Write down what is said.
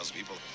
people